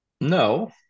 No